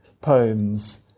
poems